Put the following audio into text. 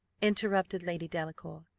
interrupted lady delacour,